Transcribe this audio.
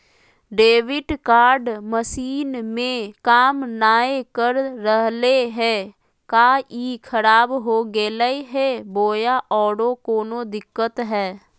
Debit card machine में काम नाय कर रहले है, का ई खराब हो गेलै है बोया औरों कोनो दिक्कत है?